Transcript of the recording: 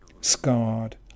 scarred